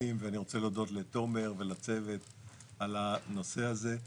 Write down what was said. ואני רוצה להודות לתומר ולצוות על הנושא הזה.